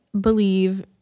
believe